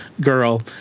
girl